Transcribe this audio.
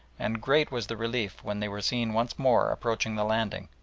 and great was the relief when they were seen once more approaching the landing,